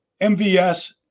MVS